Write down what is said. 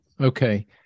Okay